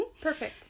Perfect